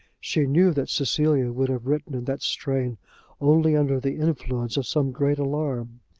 she knew that cecilia would have written in that strain only under the influence of some great alarm.